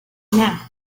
nash